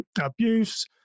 abuse